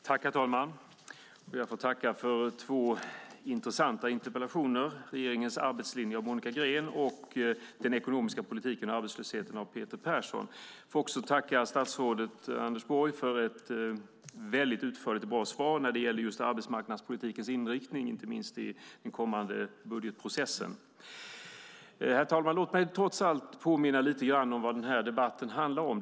Herr talman! Jag får tacka för två intressanta interpellationer, om regeringens arbetslinje av Monica Green och om den ekonomiska politiken och arbetslösheten av Peter Persson. Jag får också tacka statsrådet Anders Borg för ett utförligt och bra svar när det gäller arbetsmarknadspolitikens inriktning, inte minst i den kommande budgetprocessen. Herr talman! Låt mig trots allt påminna lite grann om vad debatten handlar om.